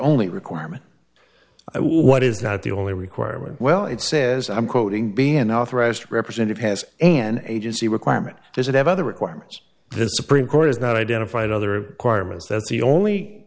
only requirement i will what is not the only requirement well it says i'm quoting be an authorized representative has an agency requirement does it have other requirements the supreme court has not identified other cartman's that's the only